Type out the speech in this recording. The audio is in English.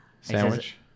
sandwich